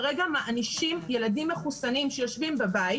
כרגע מענישים ילדים מחוסנים שיושבים בבית